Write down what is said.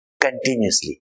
continuously